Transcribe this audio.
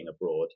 abroad